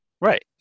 Right